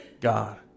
God